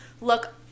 look